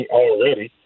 already